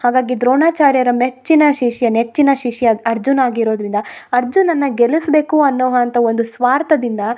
ಹಾಗಾಗಿ ದ್ರೋಣಾಚಾರ್ಯರ ಮೆಚ್ಚಿನ ಶಿಷ್ಯ ನೆಚ್ಚಿನ ಶಿಷ್ಯ ಅರ್ಜುನ ಆಗಿರೋದರಿಂದ ಅರ್ಜುನನ ಗೆಲಿಸಬೇಕು ಅನ್ನೋ ಅಂಥ ಒಂದು ಸ್ವಾರ್ಥದಿಂದ